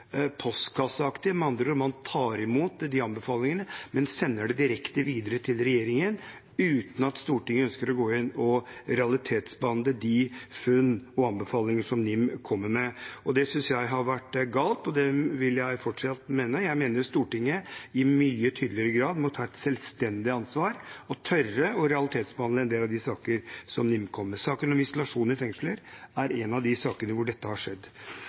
regjeringen, uten å ønske å gå inn og realitetsbehandle de funn og anbefalinger som NIM kommer med. Det synes jeg har vært galt, og det vil jeg fortsatt mene. Jeg mener Stortinget i mye tydeligere grad må ta et selvstendig ansvar og tørre å realitetsbehandle en del av de sakene som NIM kommer med. Saken om isolasjon i fengsler er en av de sakene der dette har skjedd.